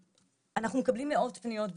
אנחנו מקבלים מאות פניות ביום,